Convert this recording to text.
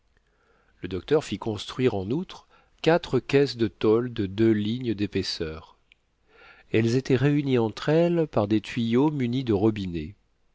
le docteur fit construire en outre quatre caisses de tôle de deux lignes d'épaisseur elles étaient réunies entre elles par des tuyaux munis de robinets